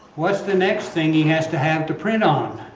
what's the next thing he has to have to print on?